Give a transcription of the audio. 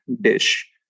dish